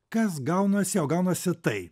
kas gaunasi o gaunasi tai